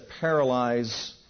paralyze